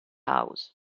house